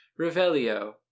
Revelio